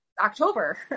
October